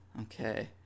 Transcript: okay